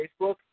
Facebook